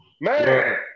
Man